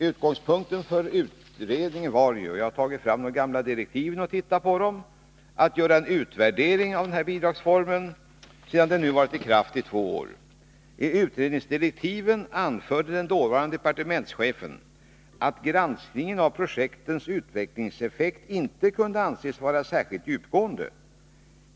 Utgångspunkten för utredningen var — jag har tagit fram de gamla direktiven och studerat dem — att göra en utvärdering av denna bidragsform sedan den varit i kraft i två år. I utredningsdirektiven anförde den dåvarande departementschefen att granskningen av projektens utvecklingseffekt inte kunde anses vara särskilt djupgående.